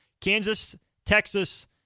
Kansas-Texas